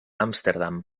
amsterdam